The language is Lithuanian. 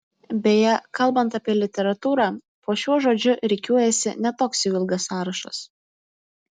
beje kalbant apie literatūrą po šiuo žodžiu rikiuojasi ne toks jau ilgas sąrašas